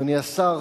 אדוני השר,